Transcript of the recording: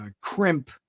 crimp